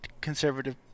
conservative